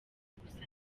gusa